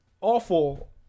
awful